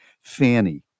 Fanny